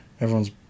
everyone's